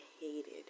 hated